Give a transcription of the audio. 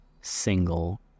single